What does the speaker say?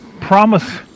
promise